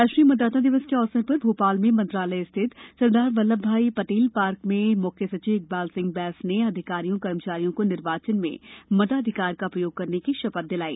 राष्ट्रीय मतदाता दिवस के अवसर पर भोपाल में मंत्रालय स्थित सरदार वल्लभ भाई पटेल पार्क में म्ख्य सचिव इकबाल सिंह बैंस ने अधिकारियों कर्मचारियों को निर्वाचन में मताधिकार का प्रयोग करने की शपथ दिलाई